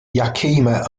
yakima